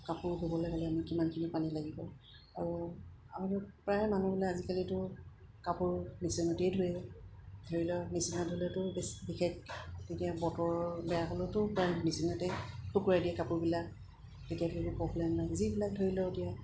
কাপোৰ ধুবলৈ হ'লে আমি কিমানখিনি পানী লাগিব আৰু আমি প্ৰায় মানুহবিলাক আজিকালিতো কাপোৰ মেচিনতেই ধুৱে ধৰি লওঁ মেচিনত ধুলেতো বেছি বিশেষ তেতিয়া বতৰ বেয়া হ'লেওতো প্ৰায় মেচিনতেই শুকুৱাই দিয়ে কাপোৰবিলাক তেতিয়া ধৰি লওঁ প্ৰব্লেম নাই যিবিলাক ধৰি লওক এতিয়া